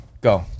go